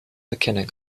erkennen